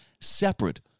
separate